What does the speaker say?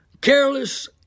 Careless